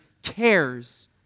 cares